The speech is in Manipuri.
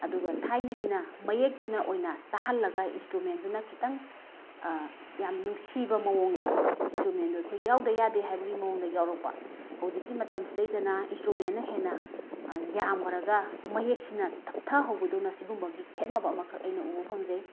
ꯑꯗꯨꯒ ꯊꯥꯏꯅꯒꯤꯅ ꯃꯌꯦꯛꯇꯨꯅ ꯑꯣꯏꯅ ꯇꯥꯍꯜꯂꯒ ꯏꯟꯁꯇ꯭ꯔꯨꯃꯦꯟꯗꯨꯅ ꯈꯤꯇꯪ ꯌꯥꯝ ꯅꯨꯡꯁꯤꯕ ꯃꯑꯣꯡꯗ ꯏꯟꯁꯇ꯭ꯔꯨꯃꯦꯟꯗꯣ ꯑꯩꯈꯣꯏ ꯌꯥꯎꯗ ꯌꯥꯗꯦ ꯍꯥꯏꯕꯒꯤ ꯃꯑꯣꯡꯗ ꯌꯥꯎꯔꯛꯄ ꯍꯧꯖꯤꯛꯀꯤ ꯃꯇꯝꯁꯤꯗꯩꯗꯅ ꯏꯟꯁꯇ꯭ꯔꯨꯃꯦꯟꯅ ꯍꯦꯟꯅ ꯌꯥꯝꯈ꯭ꯔꯒ ꯃꯌꯦꯛꯁꯤꯅ ꯇꯞꯊꯍꯧꯕꯗꯧꯅ ꯁꯤꯒꯨꯝꯕꯒꯤ ꯈꯦꯠꯅꯕ ꯑꯃꯈꯛ ꯑꯩꯅ ꯎꯕ ꯐꯪꯖꯩ